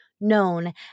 known